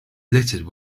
littered